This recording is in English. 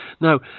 Now